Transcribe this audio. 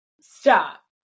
stop